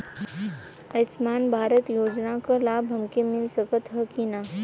आयुष्मान भारत योजना क लाभ हमके मिल सकत ह कि ना?